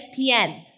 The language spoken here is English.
ESPN